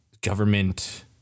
government